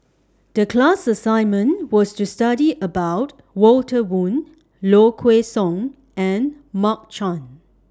The class assignment was to study about Walter Woon Low Kway Song and Mark Chan